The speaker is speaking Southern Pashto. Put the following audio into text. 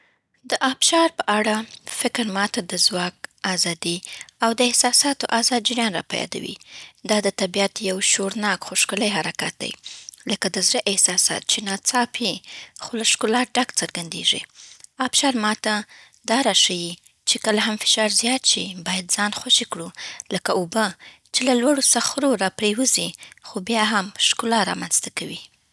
د آبشار په اړه فکر ما ته د ځواک، ازادۍ، او د احساساتو ازاد جریان راپه یادوي. دا د طبیعت یو شورناک، خو ښکلی حرکت دی لکه د زړه احساسات چې ناڅاپي خو له ښکلا ډک څرګندېږي. آبشار ما ته دا را ښيي چې کله هم فشار زیات شي، باید ځان خوشې کړو، لکه اوبه چې له لوړو صخره‌وو راپریوځي، خو بیا هم ښکلا رامنځته کوي.